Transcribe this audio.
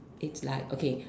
it's like okay